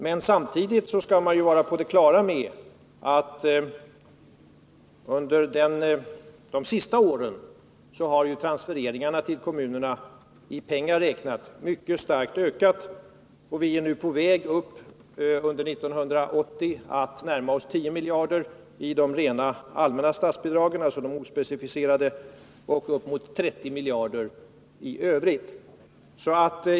Men samtidigt skall vi vara på det klara med att under de senaste åren har transfereringarna till kommunerna, i pengar räknat, ökat mycket starkt. Vi är nu under 1980 på väg att närma oss 10 miljarder i allmänna, ospecificerade statsbidrag och upp mot 30 miljarder i övrigt.